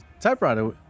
typewriter